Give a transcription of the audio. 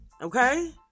okay